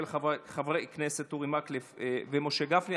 של חברי הכנסת אורי מקלב ומשה גפני.